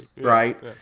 right